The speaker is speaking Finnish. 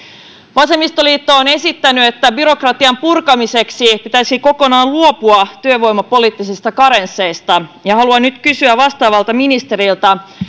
vasemmistoliitto on esittänyt että byrokratian purkamiseksi pitäisi kokonaan luopua työvoimapoliittisista karensseista ja haluan nyt kysyä vastaavalta ministeriltä